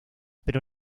pero